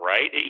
Right